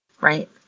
right